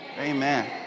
Amen